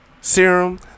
serum